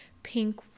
pink